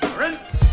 Prince